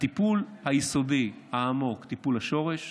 הטיפול היסודי, העמוק, טיפול השורש,